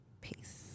peace